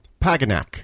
Paganak